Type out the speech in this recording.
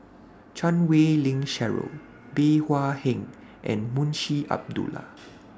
Chan Wei Ling Cheryl Bey Hua Heng and Munshi Abdullah